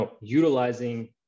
utilizing